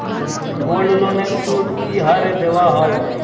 গোল্ডলোনের সুদ কি হারে দেওয়া হয়?